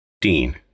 Dean